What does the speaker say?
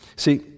See